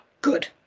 Good